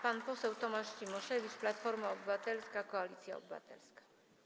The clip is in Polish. Pan poseł Tomasz Cimoszewicz, Platforma Obywatelska - Koalicja Obywatelska.